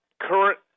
current